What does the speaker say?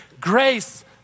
grace